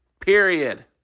period